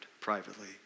privately